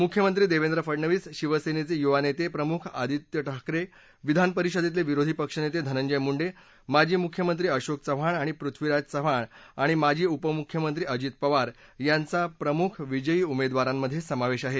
मुख्यमंत्री देवेंद्र फडनवीस शिवसेनेचे युवा नेते प्रमुख आदित्य ठाकरे विधान परिषदेतले विरोधी पक्षनेते धनंजय मुंडे माजी मुख्यमंत्री अशोक चव्हाण आणि पृथ्वीराज चव्हाण आणि माजी उपमुख्यमंत्री अजित पवार यांचा प्रमुख विजयी उमेदवारांमध्ये समावेश आहे